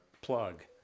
plug